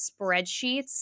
spreadsheets